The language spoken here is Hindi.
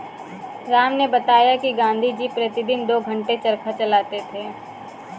राम ने बताया कि गांधी जी प्रतिदिन दो घंटे चरखा चलाते थे